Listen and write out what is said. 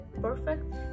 perfect